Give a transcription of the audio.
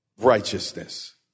righteousness